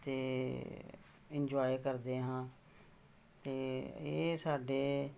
ਅਤੇ ਇੰਜੋਏ ਕਰਦੇ ਹਾਂ ਅਤੇ ਇਹ ਸਾਡੇ